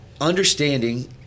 understanding—